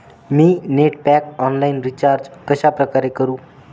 मी net pack online recharge कशाप्रकारे करु?